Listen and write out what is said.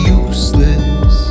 useless